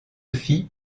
fit